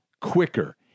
quicker